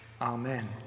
amen